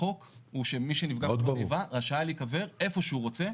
החוק הוא שמי שפגע בפעולת איבה רשאי להיקבר איפה שהוא רוצה,